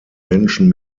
menschen